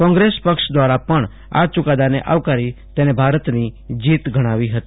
કોંગ્રેસ પક્ષ દ્રારા પણ આ ચુકાદાને આવકારી તેને ભારતની જીત ગણાવી હતી